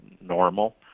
normal